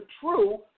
true